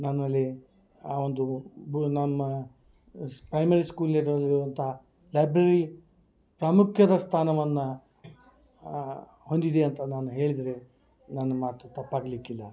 ನನ್ನಲ್ಲಿ ಆ ಒಂದು ಬ ನಮ್ಮಾ ಸ್ ಪ್ರೈಮರಿ ಸ್ಕೂಲಿನಲ್ಲಿರುವಂಥ ಲೈಬ್ರೆರಿ ಪ್ರಾಮುಖ್ಯದ ಸ್ಥಾನವನ್ನ ಹೊಂದಿದೆ ಅಂತ ನಾನು ಹೇಳಿದರೆ ನನ್ನ ಮಾತು ತಪ್ಪಾಗಲಿಕ್ಕಿಲ್ಲ